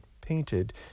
painted